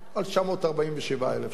על 947,000 שקל.